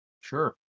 Sure